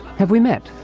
have we met?